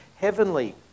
heavenly